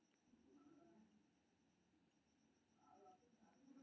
tariff कोनो देशक व्यापारिक नीतिक हिस्सा होइ छै